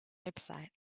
website